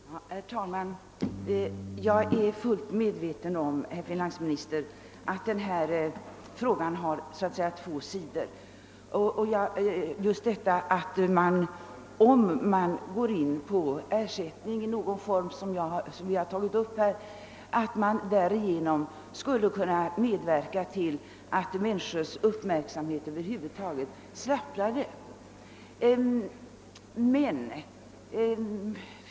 Herr talman! Jag är fullt medveten om, herr finansminister, att denna frå ga har två sidor och att man, om man lämnar ersättning i någon form för för falska sedlar, skulle kunna medverka till att människors uppmärksamhet slappnar.